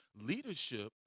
leadership